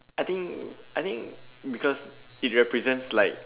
I think I think because it represents like